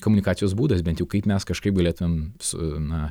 komunikacijos būdas bent jau kaip mes kažkaip galėtumėm su na